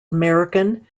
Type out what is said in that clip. american